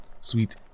sweet